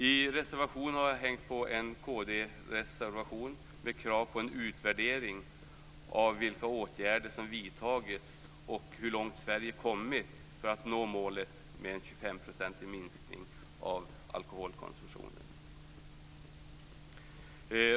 I en reservation har jag hängt på en kd-reservation med krav på en utvärdering av vilka åtgärder som vidtagits och av hur långt Sverige har kommit för att nå målet med 25 % minskning av alkoholkonsumtionen.